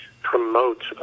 promote